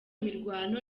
mirwano